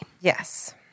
Yes